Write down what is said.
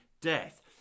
death